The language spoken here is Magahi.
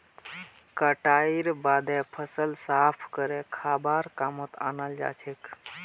कटाईर बादे फसल साफ करे खाबार कामत अनाल जाछेक